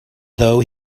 though